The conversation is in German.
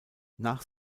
nach